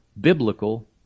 biblical